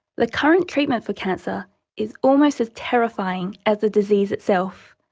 the current treatment for cancer is almost as terrifying as the disease itself,